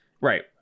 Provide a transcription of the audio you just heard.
Right